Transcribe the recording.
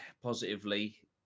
positively